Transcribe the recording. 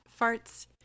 farts